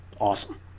Awesome